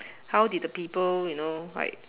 how did the people you know like